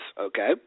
okay